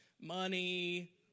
money